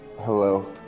Hello